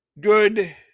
good